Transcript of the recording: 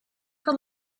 for